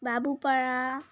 Babupara